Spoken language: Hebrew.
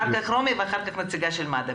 אחר כך רומי שחורי ואחר כך נציגת מד"א.